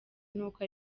n’uko